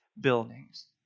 buildings